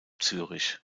zürich